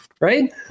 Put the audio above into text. Right